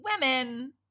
women